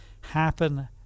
happen